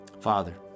Father